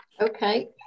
Okay